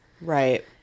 Right